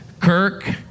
Kirk